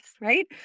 right